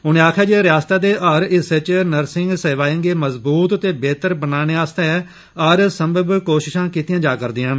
उनें आक्खेआ जे रियास्ता दे हर हिस्से च नर्सिंग सेवाए गी मजबूत ते बेह्तर बनाने आस्तै हर संभव कोशिशां कीतियां जा'रदियां न